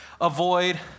avoid